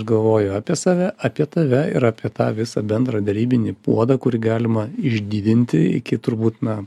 galvoju apie save apie tave ir apie tą visą bendrą derybinį puodą kurį galima išdidinti iki turbūt na